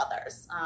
others